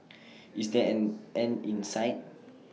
is there an end in sight